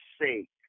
sake